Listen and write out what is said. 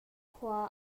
khua